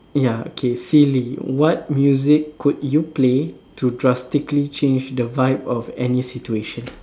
ya okay silly what music could you play to drastically change the vibe of any situation